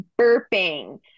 burping